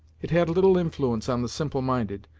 it had little influence on the simple-minded,